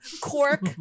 Cork